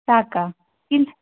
ಸಾಕಾ ಇನ್